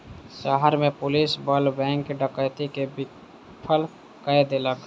शहर में पुलिस बल बैंक डकैती के विफल कय देलक